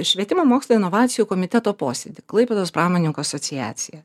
į švietimo mokslo inovacijų komiteto posėdį klaipėdos pramonininkų asociacija